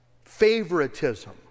favoritism